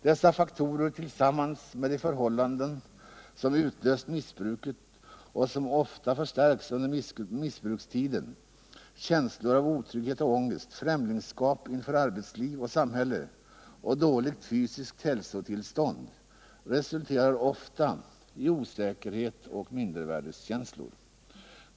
Dessa faktorer tillsammans med de förhållanden, som utlöst missbruket och som ofta förstärks under missbrukstiden — känslor av otrygghet och ångest, främlingskap inför arbetsliv och samhälle och dåligt fysiskt hälsotillstånd — resulterar ofta i osäkerhet och mindervärdeskänslor.